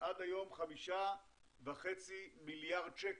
עד היום 5.5 מיליארד שקל.